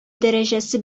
дәрәҗәсе